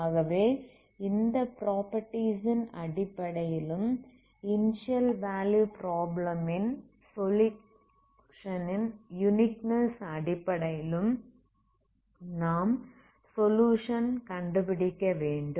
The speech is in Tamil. ஆகவே இந்த ப்ராப்பர்ட்டீஸ் ன் அடிப்படையிலும் இனிஸியல் வேல்யூ ப்ராப்ளம் ன் சொலுயுஷன் ன் யுனிக்னெஸ் அடிப்படையிலும் நாம் சொலுயுஷன் கண்டுபிடிக்கவேண்டும்